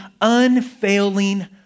unfailing